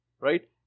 Right